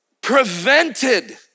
prevented